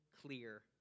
clear